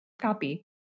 copy